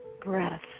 breath